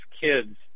kids